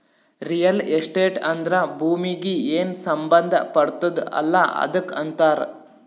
real estate ಅಂದ್ರ ಭೂಮೀಗಿ ಏನ್ ಸಂಬಂಧ ಪಡ್ತುದ್ ಅಲ್ಲಾ ಅದಕ್ ಅಂತಾರ್